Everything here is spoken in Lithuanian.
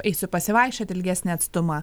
eisiu pasivaikščiot ilgesnį atstumą